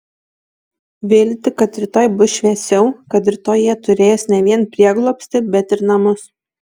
viltį kad rytoj bus šviesiau kad rytoj jie turės ne vien prieglobstį bet ir namus